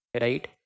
right